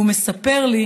הוא מספר לי